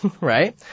right